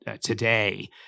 today